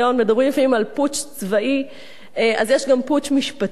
מדברים לפעמים על פוטש צבאי, אז יש גם פוטש משפטי.